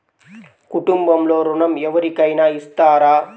కుటుంబంలో ఋణం ఎవరికైనా ఇస్తారా?